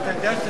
את סעיף 20,